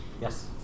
Yes